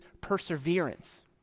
perseverance